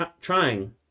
trying